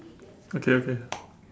okay okay